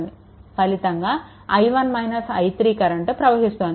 ఫలితంగా i1 - i3 current ప్రవహిస్తుంది